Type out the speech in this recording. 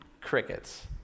Crickets